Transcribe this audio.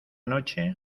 noche